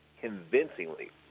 convincingly